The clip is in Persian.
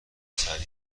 سریع